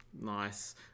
Nice